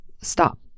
stop